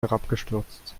herabgestürzt